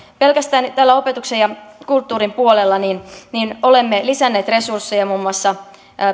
pelkästään opetuksen ja kulttuurin puolella olemme lisänneet resursseja muun muassa